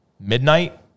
midnight